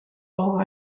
over